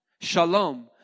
shalom